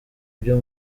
byo